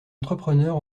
entrepreneur